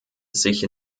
sich